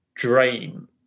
Drain